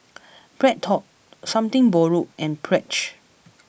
BreadTalk Something Borrowed and Pledge